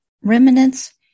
remnants